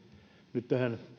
nyt tähän